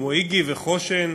כמו "איגי" וחוש"ן,